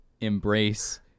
Embrace